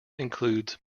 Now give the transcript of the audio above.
includes